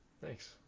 Thanks